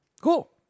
Cool